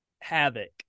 Havoc